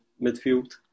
midfield